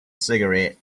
cigarette